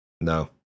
No